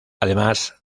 además